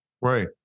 Right